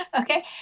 Okay